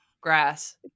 grass